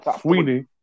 Sweeney